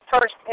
first